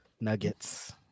Nuggets